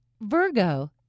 Virgo